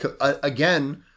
again